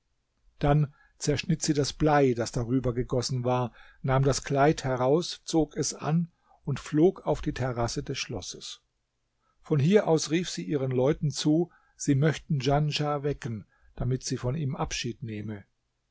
dann zerschnitt sie das blei das darüber gegossen war nahm das kleid heraus zog es an und flog auf die terrasse des schlosses von hier aus rief sie ihren leuten zu sie möchten djanschah wecken damit sie von ihm abschied nehme